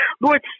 Lord